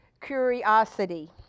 curiosity